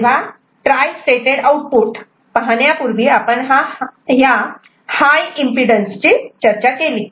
तेव्हा tri stated output पाहण्यापूर्वी आपण हाय एम्पिडन्स ची चर्चा केली